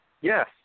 Yes